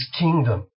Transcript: kingdom